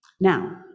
Now